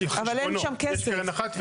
אבל אין שם כסף.